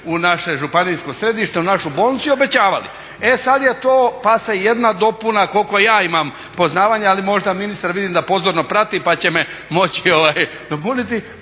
u naše županijsko središte, u našu bolnicu i obećavali. E sad je to pa se jedna dopuna koliko ja imam poznavanja, ali možda ministar vidim da pozorno prati pa će me moći …/Govornik